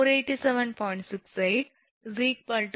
68 152